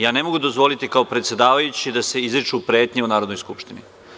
Ja ne mogu dozvoliti kao predsedavajući da se izriču pretnje u Narodnoj skupštini.